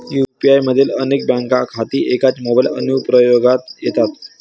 UPI मधील अनेक bank खाती एकाच मोबाइल अनुप्रयोगात येतात